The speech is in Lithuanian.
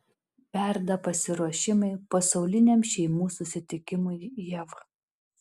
verda pasiruošimai pasauliniam šeimų susitikimui jav